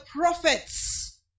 prophets